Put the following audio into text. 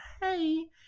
Hey